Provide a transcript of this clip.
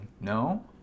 No